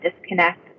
disconnect